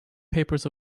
papers